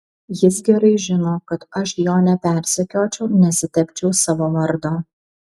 jis gerai žino kad aš jo nepersekiočiau nesitepčiau savo vardo